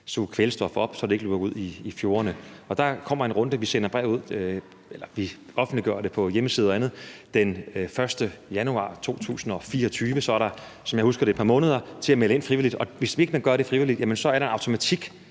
suge kvælstof op, så det ikke løber ud i fjordene. Der kommer en runde, vi offentliggør et brev på en hjemmeside og andet den 1. januar 2024, og så er der, som jeg husker det, et par måneder til at melde frivilligt ind, og hvis man ikke gør det frivilligt, er der en automatik.